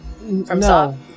No